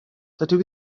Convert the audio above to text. dydw